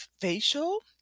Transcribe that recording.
facial